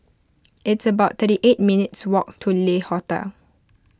it's about thirty eight minutes' walk to Le Hotel